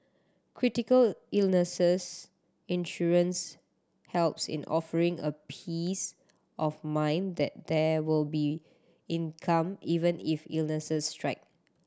critical illnesses insurance helps in offering a peace of mind that there will be income even if illnesses strike